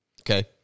Okay